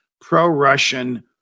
pro-Russian